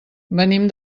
venim